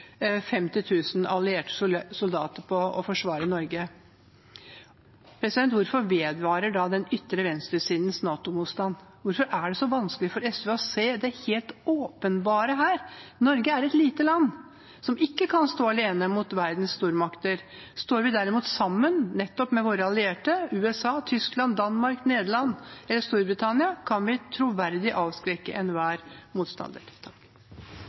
soldater på å forsvare Norge. Hvorfor vedvarer den ytre venstresidens NATO-motstand? Hvorfor er det så vanskelig for SV å se det helt åpenbare her? Norge er et lite land som ikke kan stå alene mot verdens stormakter. Står vi derimot sammen, nettopp med våre allierte USA, Tyskland, Danmark, Nederland, Storbritannia, kan vi troverdig avskrekke enhver motstander.